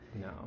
no